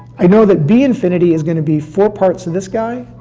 i know that b infinity is gonna be four parts of this guy,